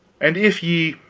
and if ye